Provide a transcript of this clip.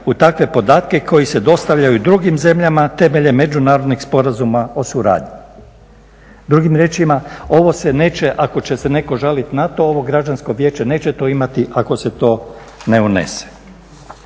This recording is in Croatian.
u takve podatke koji se dostavljaju drugim zemljama temeljem međunarodnih sporazuma o suradnji. Drugim riječima, ovo se neće ako će se netko žaliti na to ovo Građansko vijeće neće to imati ako se to ne unese.